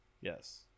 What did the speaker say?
Yes